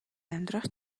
амьдрах